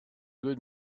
good